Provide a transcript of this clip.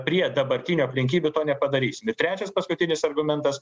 prie dabartinių aplinkybių to nepadarysim ir trečias paskutinis argumentas